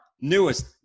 newest